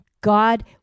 God